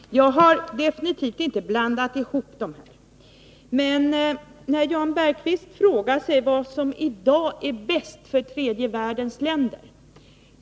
Fru talman! Jag har absolut inte blandat ihop IDB och IDA. Jan Bergqvist frågar sig vad som i dag är bäst för tredje världens länder.